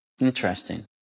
Interesting